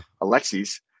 alexis